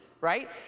right